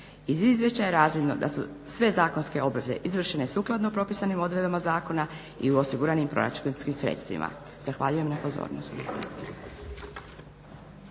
Iz izvješća je razvidno da su sve zakonske obveze izvršene sukladno propisanim odredbama zakona i u osiguranim proračunskim sredstvima. Zahvaljujem na pozornosti.